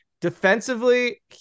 Defensively